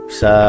sa